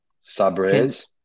Sabres